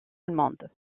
allemande